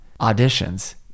auditions